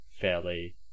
fairly